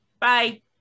Bye